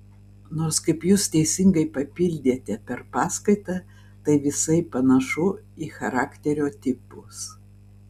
nors kaip jūs teisingai papildėte per paskaitą tai visai panašu į charakterio tipus